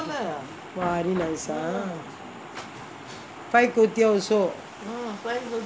very nice ah fried kuay teow also